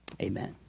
Amen